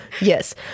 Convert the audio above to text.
Yes